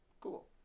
Cool